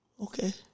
Okay